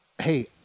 hey